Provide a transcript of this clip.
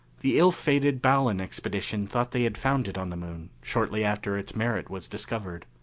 the ill-fated ballon expedition thought they had found it on the moon, shortly after its merit was discovered.